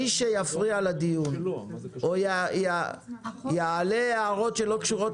מי שיפריע לדיון או יאמר הערות שלא קשורות